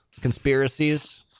conspiracies